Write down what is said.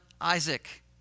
Isaac